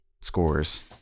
scores